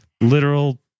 literal